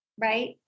Right